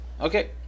Okay